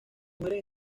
mujeres